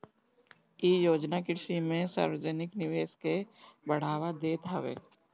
इ योजना कृषि में सार्वजानिक निवेश के बढ़ावा देत हवे